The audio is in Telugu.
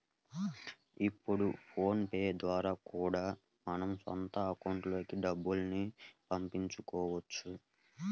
ఇప్పుడు ఫోన్ పే ద్వారా కూడా మన సొంత అకౌంట్లకి డబ్బుల్ని పంపించుకోవచ్చు